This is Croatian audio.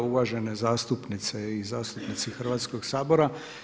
Uvažene zastupnice i zastupnici Hrvatskog sabora.